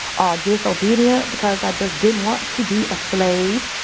or disobedient because i just didn't want to be a slave.